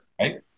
right